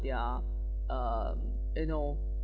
their um you know